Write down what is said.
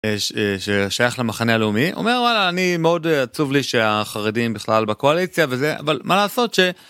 שייך למחנה הלאומי, אומר וואלה אני מאוד עצוב לי שהחרדים בכלל בקואליציה וזה, אבל מה לעשות ש...